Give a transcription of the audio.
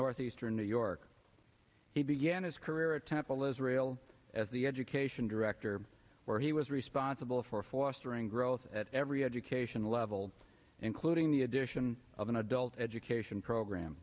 northeastern new york he began his career at temple israel as the education director where he was responsible for fostering growth at every educational level including the addition of an adult education program